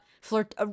flirt